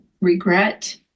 regret